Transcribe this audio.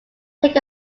take